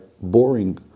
boring